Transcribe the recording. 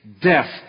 death